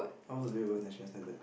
I was way above national standard